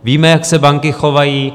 Víme, jak se banky chovaly.